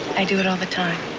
i do it all the time.